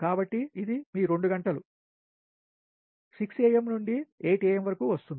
కాబట్టి ఇది మీ రెండు గంటలు6 నుండి 8 వరకు వస్తుంది